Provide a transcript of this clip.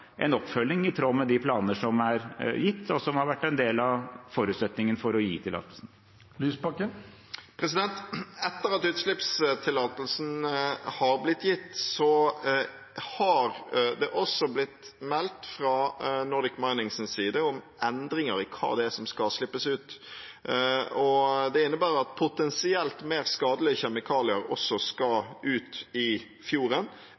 en oppfølging i tråd med de planer som er gitt, og som har vært en del av forutsetningen for å gi tillatelsen. Etter at utslippstillatelsen har blitt gitt, har det også blitt meldt fra Nordic Minings side om endringer i hva som skal slippes ut. Det innebærer at potensielt mer skadelige kjemikalier også skal ut i fjorden,